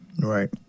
Right